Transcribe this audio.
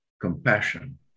compassion